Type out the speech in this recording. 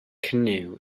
canoe